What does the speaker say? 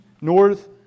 north